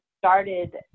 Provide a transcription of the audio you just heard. started